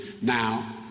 now